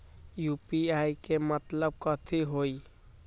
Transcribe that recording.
UPI के मतलब कथी होई?